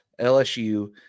LSU